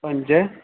पंज